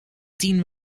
tien